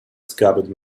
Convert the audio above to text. scabbard